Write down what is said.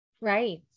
Right